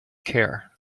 care